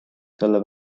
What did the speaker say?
talle